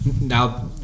now